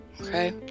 Okay